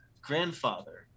grandfather